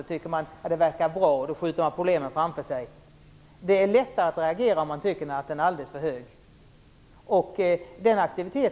Man tycker att det verkar bra och skjuter problemen framför sig. Det är lättare att reagera om man tycker att den är alldeles för hög.